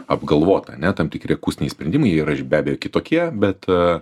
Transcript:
apgalvota ane tam tikri akustiniai sprendimai jie yra be abejo kitokie bet